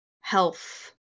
health